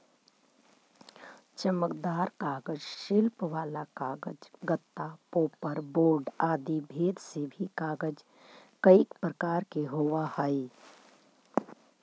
चमकदार कागज, शिल्प वाला कागज, गत्ता, पोपर बोर्ड आदि भेद से भी कागज कईक प्रकार के होवऽ हई